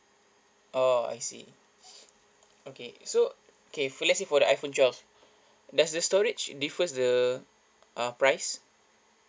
oh I see okay so okay for let's say for the iphone twelve does the storage differs the uh price